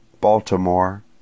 Baltimore